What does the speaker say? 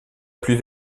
plus